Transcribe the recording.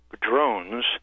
drones